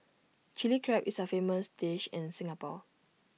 Chilli Crab is A famous dish in Singapore